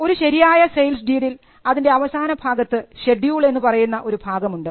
ഒരു ശരിയായ സെയിൽ ഡീഡിൽ അതിൻറെ അവസാനഭാഗത്ത് ഷെഡ്യൂൾ എന്ന് പറയുന്ന ഒരു ഭാഗമുണ്ട്